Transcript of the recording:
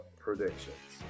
predictions